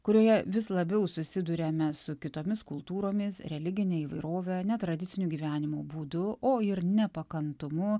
kurioje vis labiau susiduriame su kitomis kultūromis religine įvairove netradiciniu gyvenimo būdu o ir nepakantumu